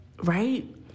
Right